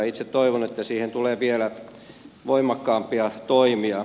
itse toivon että siihen tulee vielä voimakkaampia toimia